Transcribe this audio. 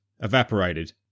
evaporated